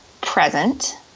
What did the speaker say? present